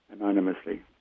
anonymously